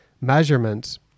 measurements